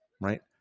right